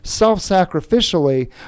self-sacrificially